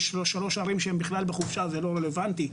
יש שלוש ערים שהם בכלל בחופשה אז זה לא רלוונטי,